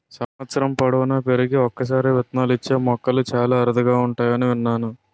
సంవత్సరం పొడువునా పెరిగి ఒక్కసారే విత్తనాలిచ్చే మొక్కలు చాలా అరుదుగా ఉంటాయని విన్నాను